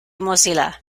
mozilla